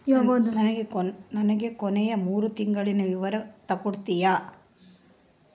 ನನಗ ಕೊನೆಯ ಮೂರು ತಿಂಗಳಿನ ವಿವರ ತಕ್ಕೊಡ್ತೇರಾ?